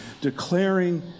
declaring